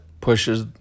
pushes